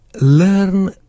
learn